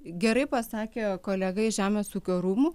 gerai pasakė kolega iš žemės ūkio rūmų